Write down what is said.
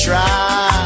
Try